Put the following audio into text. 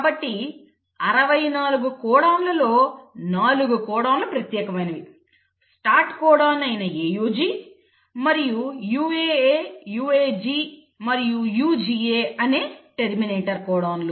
కాబట్టి 64 కోడాన్లలో 4 కోడాన్లు ప్రత్యేకమైనవి స్టార్ట్ కోడాన్ అయిన AUG మరియు UAA UAG మరియు UGA అనే టెర్మినేటర్ కోడాన్లు